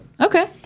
Okay